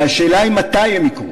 אלא השאלה היא מתי הם יקרו.